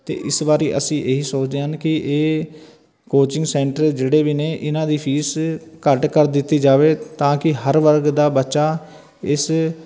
ਅਤੇ ਇਸ ਬਾਰੇ ਅਸੀਂ ਇਹੀ ਸੋਚਦੇ ਹਨ ਕਿ ਇਹ ਕੋਚਿੰਗ ਸੈਂਟਰ ਜਿਹੜੇ ਵੀ ਨੇ ਇਹਨਾਂ ਦੀ ਫੀਸ ਘੱਟ ਕਰ ਦਿੱਤੀ ਜਾਵੇ ਤਾਂ ਕਿ ਹਰ ਵਰਗ ਦਾ ਬੱਚਾ ਇਸ